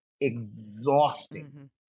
exhausting